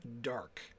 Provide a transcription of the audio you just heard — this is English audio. dark